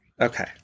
Okay